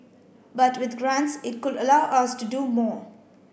but with grants it could allow us to do more